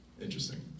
Interesting